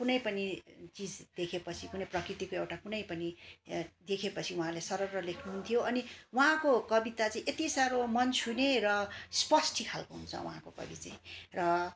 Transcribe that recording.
कुनै पनि चिज देखे पछि कुनै प्रकृतिको एउटा कुनै पनि देखे पछि उहाँले सरर लेख्नुहुन्थ्यो अनि उहाँको कविता चाहिँ यति साह्रो मन छुने र स्पष्टी खालको हुन्छ उहाँको कवि चाहिँ र